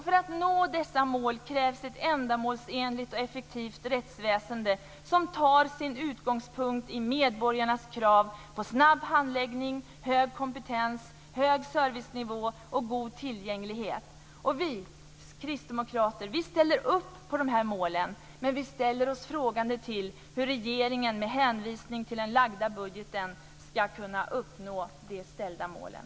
För att nå dessa mål krävs ett ändamålsenligt och effektivt rättsväsende som tar sin utgångspunkt i medborgarnas krav på snabb handläggning, hög kompetens, hög servicenivå och god tillgänglighet". Vi kristdemokrater ställer oss bakom dessa mål, men vi ställer oss frågande till hur regeringen med hänvisning till den framlagda budgeten ska kunna nå de uppställda målen.